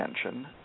attention